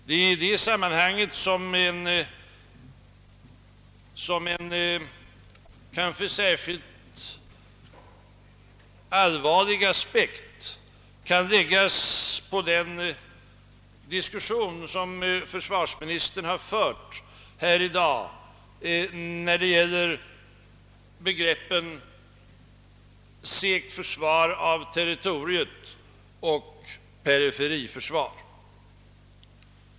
Det är i det sammanhanget som en särskilt allvarlig aspekt kan läggas på den diskussion som försvarsministern fört här i dag när det gäller begreppen »segt försvar av territoriet» och »periferiförsvar».